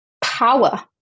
power